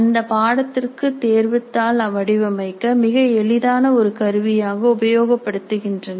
அந்த பாடத்திற்கு சோதனைத்தாள் வடிவமைக்க மிக எளிதான ஒரு கருவியாக உபயோகப்படுத்துகின்றனர்